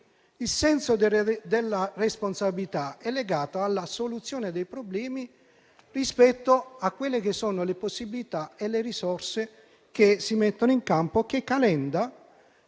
Il senso di responsabilità è legato alla soluzione dei problemi rispetto alle possibilità e alle risorse che si mettono in campo, che il